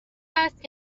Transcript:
هست